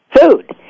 food